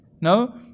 No